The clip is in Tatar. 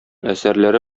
әсәрләре